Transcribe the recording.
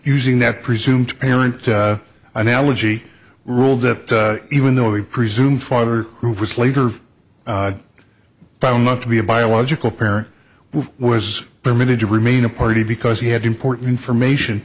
using that presumed parent analogy ruled that even though he presumed father who was later found not to be a biological parent was permitted to remain a party because he had important information